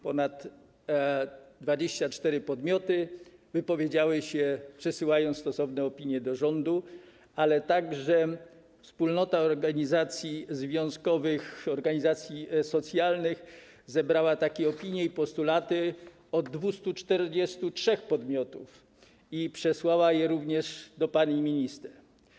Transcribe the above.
Ponad 24 podmioty wypowiedziały się, przesyłając stosowne opinie do rządu, ponadto wspólnota organizacji związkowych, organizacji socjalnych zebrała takie opinie i postulaty od 243 podmiotów i przesłała je również do pani minister.